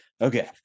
Okay